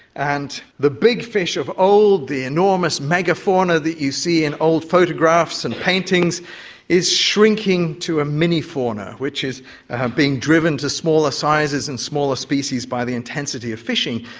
and the big fish of old, the enormous mega-fauna that you see in old photographs and paintings is shrinking to a mini-fauna which is being driven to smaller sizes and smaller species by the intensity of fishing.